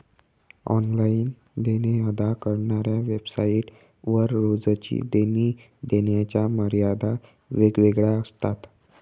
online देणे अदा करणाऱ्या वेबसाइट वर रोजची देणी देण्याच्या मर्यादा वेगवेगळ्या असतात